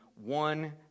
one